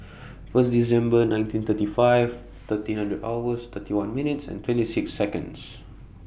First December nineteen thirty five thirteen hundred hours thirty one minutes and twenty six Seconds